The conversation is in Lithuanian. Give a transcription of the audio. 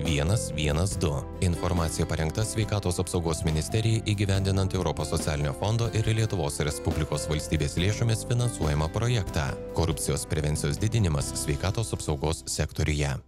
vienas vienas du informacija parengta sveikatos apsaugos ministerijai įgyvendinant europos socialinio fondo ir lietuvos respublikos valstybės lėšomis finansuojamą projektą korupcijos prevencijos didinimas sveikatos apsaugos sektoriuje